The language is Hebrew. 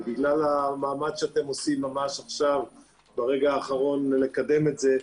בגלל המאמץ שאתם עושים ממש עכשיו ברגע האחרון לקדם את זה,